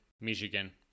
Michigan